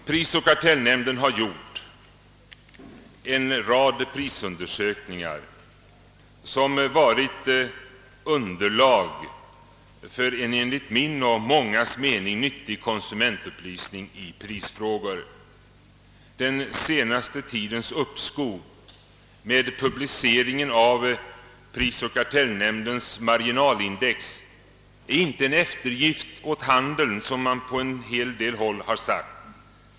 Prisoch kartellnämnden har gjort en rad prisundersökningar som bildat underlag för en enligt min och mångas mening nyttig konsumentupplysning i prisfrågor. Den senaste tidens uppskov med publiceringen av prisoch kartellnämndens marginalindex är inte en eftergift åt handeln, som man på en del håll har sagt.